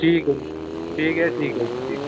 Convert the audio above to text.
ٹھیک ہے ٹھیک ہے ٹھیک ہے جی ٹھیک ہے